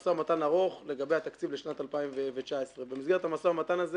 משא ומתן ארוך לגבי התקציב לשנת 2019. במסגרת המשא ומתן הזה